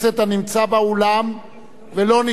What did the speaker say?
ולא נשאל להצבעתו?